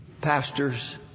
pastors